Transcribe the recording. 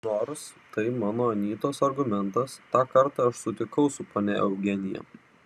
nors tai mano anytos argumentas tą kartą aš sutikau su ponia eugenija